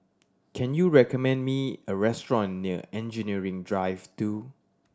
can you recommend me a restaurant near Engineering Drive Two